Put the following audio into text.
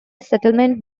settlement